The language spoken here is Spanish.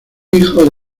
hijo